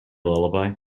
lullaby